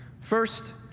First